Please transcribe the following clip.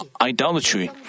idolatry